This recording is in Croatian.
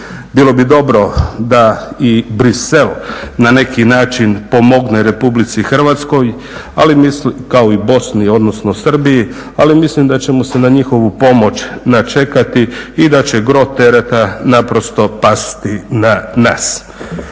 Bilo bi dobro da i Bruxelles na neki način pomogne Republici Hrvatskoj kao i Bosni, odnosno Srbiji. Ali mislim da ćemo se na njihovu pomoć načekati i da će gro tereta naprosto pasti na nas.